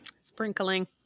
Sprinkling